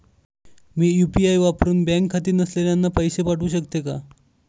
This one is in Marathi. मी यू.पी.आय वापरुन बँक खाते नसलेल्यांना पैसे पाठवू शकते का?